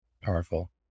Powerful